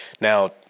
Now